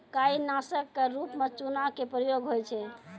काई नासक क रूप म चूना के प्रयोग होय छै